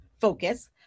focus